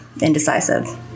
indecisive